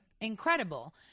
Incredible